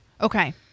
Okay